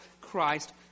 Christ